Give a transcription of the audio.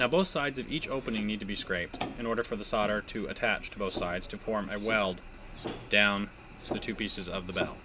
now both sides of each opening need to be scraped in order for the solder to attach to both sides to form a weld down the two pieces of the bell